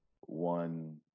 one